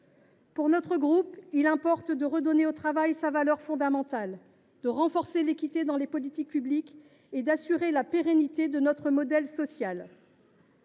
Pour notre groupe, il importe de redonner au travail sa valeur fondamentale, de renforcer l’équité dans les politiques publiques et d’assurer la pérennité de notre modèle social.